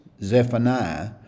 Zephaniah